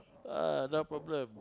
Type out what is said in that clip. ah no problem